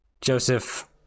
Joseph